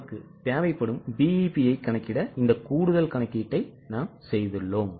நமக்கு தேவைப்படும் BEP ஐ கணக்கிட இந்த கூடுதல் கணக்கீட்டை செய்துள்ளோம்